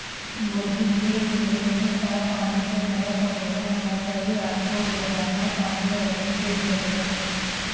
मुर्गी के पिंजरे में साफ पानी से भरा कटोरा होना चाहिए आपको रोजाना पानी बदलने की जरूरत है